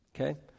Okay